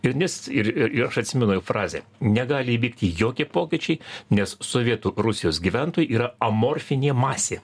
ir nes ir ir aš atsimenu jo frazę negali įvykti jokie pokyčiai nes sovietų rusijos gyventojai yra amorfinė masė